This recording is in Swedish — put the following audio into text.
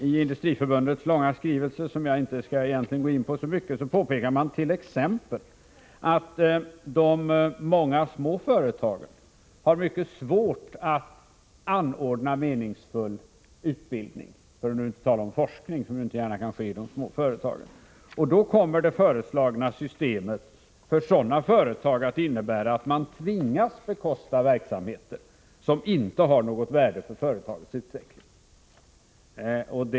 I Industriförbundets långa skrivelse, som jag inte skall gå in på så mycket, påpekar man t.ex. att de många småföretagen har mycket svårt att anordna meningsfull utbildning — för att inte tala om forskning, som ju inte gärna kan ske i de små företagen. Då kommer det föreslagna systemet för sådana företag att innebär att de tvingas bekosta verksamheter, som inte har något värde för företagens utveckling.